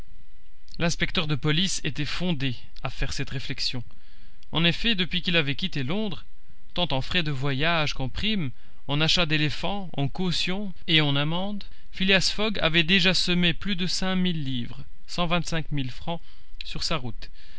l'inspecteur de police était fondé à faire cette réflexion en effet depuis qu'il avait quitté londres tant en frais de voyage qu'en primes en achat d'éléphant en cautions et en amendes phileas fogg avait déjà semé plus de cinq mille livres sur sa route